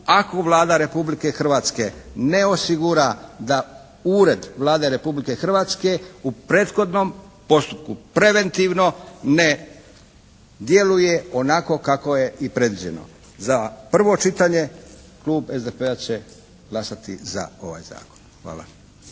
ako Vlada Republike Hrvatske ne osigura da Ured Vlade Republike Hrvatske u prethodnom postupku preventivno ne djeluje onako kako je i predviđeno. Za prvo čitanje klub SDP-a će glasati za ovaj zakon. Hvala.